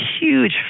huge